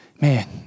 Man